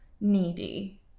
needy